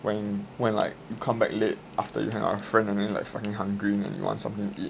when when like you come back late after you hang out with friend and then like fucking hungry and you want something to eat